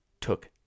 took